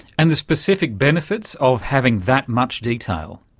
and the specific benefits of having that much detail?